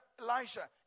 Elijah